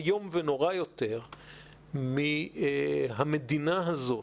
איום ונורא יותר מזה שהמדינה הזו,